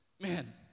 man